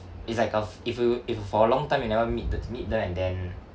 it's like a f~ if you if you for a long time you never meet th~ meet them and then